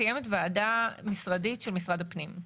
קיימת ועדה משרדית של משרד הפנים.